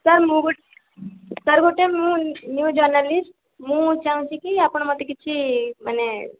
sir ମୁଁ ଗୋଟେ sir sir ଗୋଟେ ମୁଁ ନିଉ ଜର୍ଣ୍ଣାଲିଷ୍ଟ୍ ମୁଁ ଚାହୁଁଛିକି ଆପଣ ମୋତେ କିଛି ମାନେ